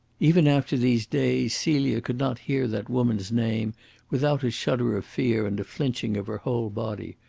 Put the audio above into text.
even after these days celia could not hear that woman's name without a shudder of fear and a flinching of her whole body.